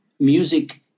music